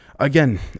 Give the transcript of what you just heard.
Again